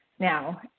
Now